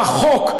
בחוק,